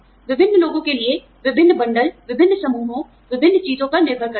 विभिन्न लोगों के लिए विभिन्न बंडल विभिन्न समूहों विभिन्न चीजों पर निर्भर करते हुए